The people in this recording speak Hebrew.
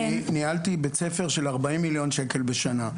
אני ניהלתי בית ספר של ארבעים מיליון שקל בשנה.